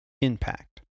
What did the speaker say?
impact